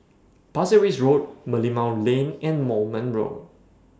Pasir Ris Road Merlimau Lane and Moulmein Road